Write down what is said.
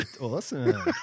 Awesome